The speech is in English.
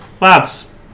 lads